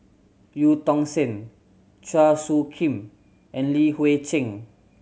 Eu Tong Sen Chua Soo Khim and Li Hui Cheng